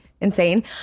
insane